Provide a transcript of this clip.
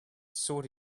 sought